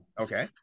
Okay